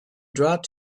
dropped